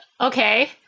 okay